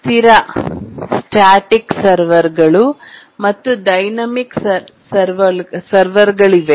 ಸ್ಥಿರ ಸ್ಟ್ಯಾಟಿಕ್ಸರ್ವರ್ಗಳು ಮತ್ತು ಡೈನಾಮಿಕ್ ಸರ್ವರ್ಗಳಿವೆ